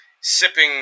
sipping